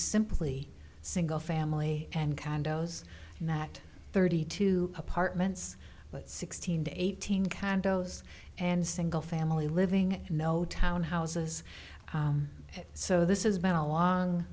simply single family and kind of those that thirty two apartments but sixteen to eighteen condos and single family living no town houses so this is been a long